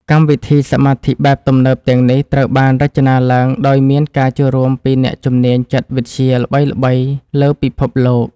កម្មវិធីសមាធិបែបទំនើបទាំងនេះត្រូវបានរចនាឡើងដោយមានការចូលរួមពីអ្នកជំនាញចិត្តវិទ្យាល្បីៗលើពិភពលោក។